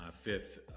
fifth